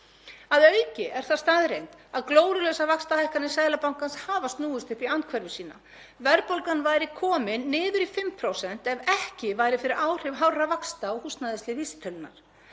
Að auki er það staðreynd að glórulausar vaxtahækkanir Seðlabankans hafa snúist upp í andhverfu sína. Verðbólgan væri komin niður í 5% ef ekki væri fyrir áhrif hárra vaxta og húsnæðislið vísitölunnar.